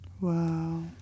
wow